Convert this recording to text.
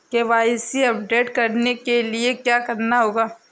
KYC update करने के लिए क्या करना होगा?